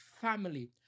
family